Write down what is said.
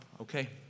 okay